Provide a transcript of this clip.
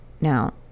Now